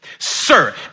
Sir